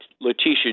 Letitia